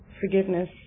forgiveness